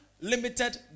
limited